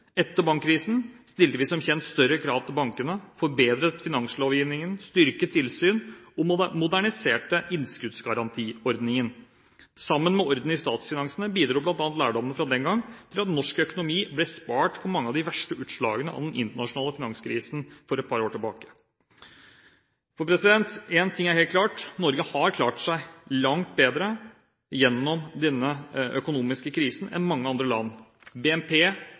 Etter bankkrisen stilte vi som kjent større krav til bankene, forbedret finanslovgivningen, styrket tilsynet og moderniserte innskuddsgarantiordningen. Sammen med orden i statsfinansene bidro bl.a. lærdommene fra den gang til at norsk økonomi ble spart for mange av de verste utslagene av den internasjonale finanskrisen for et par år tilbake. Én ting er helt klart: Norge har klart seg langt bedre gjennom denne økonomiske krisen enn mange andre land. BNP